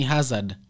Hazard